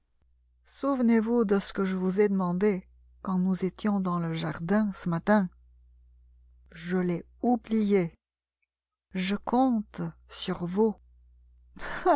souvenez-vous de ce que je vous ai demandé quand nous étions dans le jardin ce matin je l'ai oublié je compte sur vous